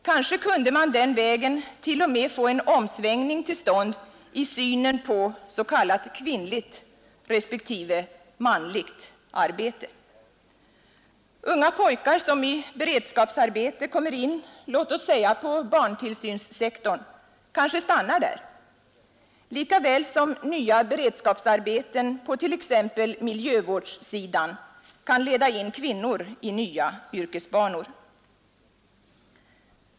Kanske kunde man den vägen t.o.m. få en omsvängning till stånd i synen på ”kvinnligt” respektive ”manligt” arbete. Unga pojkar som i beredskapsarbete kommer in låt oss säga på barntillsynssektorn kanske stannar där, likaväl som nya beredskapsarbeten på t.ex. miljövårdssidan kan leda in kvinnor i nya yrkesbanor.